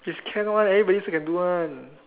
is can [one] everybody also can do [one]